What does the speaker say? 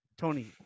Tony